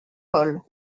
paul